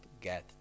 get